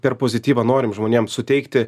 per pozityvą norim žmonėm suteikti